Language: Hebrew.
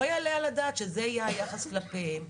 לא יעלה על הדעת שזה יהיה היחס כלפיהן,